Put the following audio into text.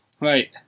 Right